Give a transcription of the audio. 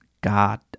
God